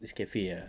this cafe ah